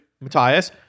Matthias